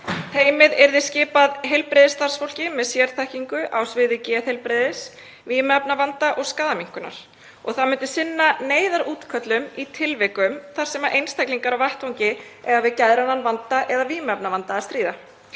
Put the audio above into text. Teymið yrði skipað heilbrigðisstarfsfólki með sérþekkingu á sviði geðheilbrigðis, vímuefnavanda og skaðaminnkunar og það myndi sinna neyðarútköllum í tilvikum þar sem einstaklingar á vettvangi eiga við geðrænan vanda eða vímuefnavanda að stríða.